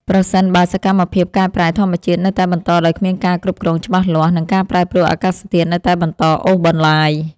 ប្រសិនបើសកម្មភាពកែប្រែធម្មជាតិនៅតែបន្តដោយគ្មានការគ្រប់គ្រងច្បាស់លាស់ និងការប្រែប្រួលអាកាសធាតុនៅតែបន្តអូសបន្លាយ។